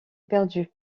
perdues